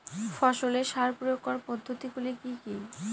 ফসলে সার প্রয়োগ করার পদ্ধতি গুলি কি কী?